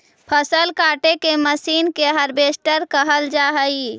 फसल काटे के मशीन के हार्वेस्टर कहल जा हई